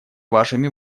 вашими